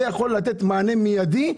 זה יכול לתת מענה מיידי,